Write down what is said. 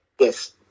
yes